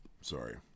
Sorry